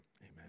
amen